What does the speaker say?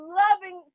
loving